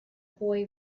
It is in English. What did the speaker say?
boy